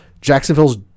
Jacksonville's